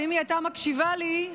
ואם היא הייתה מקשיבה לי,